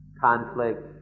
conflict